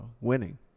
winning